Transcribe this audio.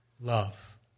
love